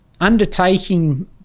undertaking